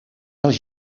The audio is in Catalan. als